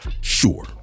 sure